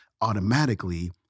automatically